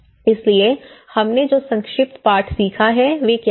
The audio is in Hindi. इसलिए हमने जो संक्षिप्त पाठ सीखा है वे क्या हैं